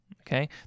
Okay